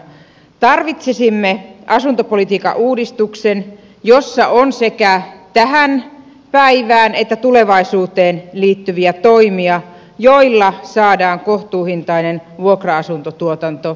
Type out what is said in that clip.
tarvitsisimme asuntopolitiikan uudistuksen jossa on sekä tähän päivään että tulevaisuuteen liittyviä toimia joilla saadaan kohtuuhintainen vuokra asuntotuotanto liikkeelle